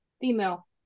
female